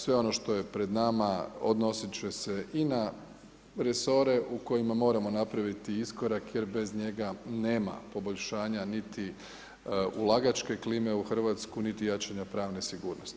Sve ono što je pred nama odnosit će se i na resore u kojima moramo napraviti iskorak jer bez njega i nema poboljšanja niti ulagačke klime u Hrvatsku niti jačanja pravne sigurnosti.